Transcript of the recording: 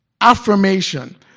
affirmation